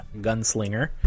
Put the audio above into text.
Gunslinger